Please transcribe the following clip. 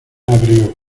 abrió